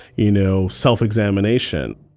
you know, self-examination.